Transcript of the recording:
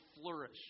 flourish